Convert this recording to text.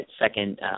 second